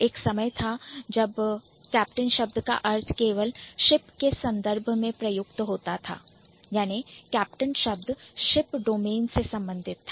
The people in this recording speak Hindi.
एक समय था जब Captain शब्द का अर्थ केवल Ship के संदर्भ में प्रयुक्त होता था याने Captain शब्द Ship डोमेन से संबंधित था